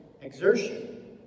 exertion